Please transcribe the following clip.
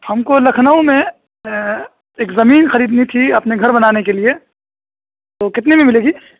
ہم کو لکھنؤ میں ایک زمین خریدنی تھی اپنے گھر بنانے کے لیے تو کتنے میں ملے گی